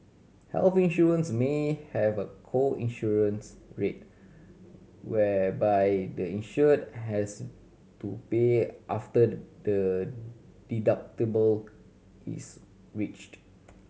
health insurance may have a co insurance rate whereby the insured has to pay after the deductible is reached